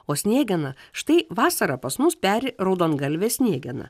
o sniegena štai vasarą pas mus peri raudongalvė sniegena